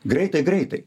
greitai greitai